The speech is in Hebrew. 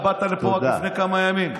אתה באת לפה רק לפני כמה ימים,